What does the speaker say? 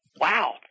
Wow